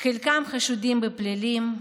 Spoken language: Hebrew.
וחלקם חשודים בפלילים.